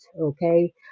okay